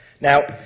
Now